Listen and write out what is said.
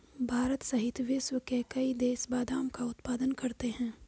भारत सहित विश्व के कई देश बादाम का उत्पादन करते हैं